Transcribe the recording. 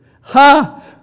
Ha